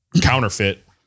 counterfeit